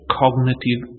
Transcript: cognitive